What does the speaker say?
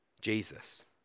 Jesus